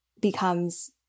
becomes